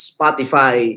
Spotify